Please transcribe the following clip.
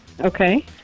Okay